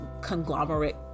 conglomerate